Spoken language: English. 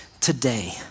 today